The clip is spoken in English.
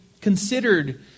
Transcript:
considered